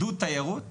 עידוד תיירות